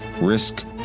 risk